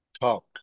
talk